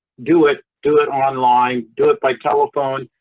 do it do it online. do it by telephone.